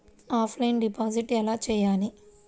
Offline deposit ఎలా చేయాలి?